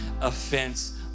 offense